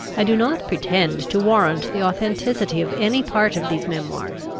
i do not pretend to warrant the authenticity of any part of these memoirs,